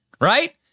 right